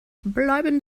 bleiben